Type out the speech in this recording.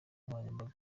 nkoranyambaga